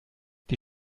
die